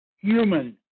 human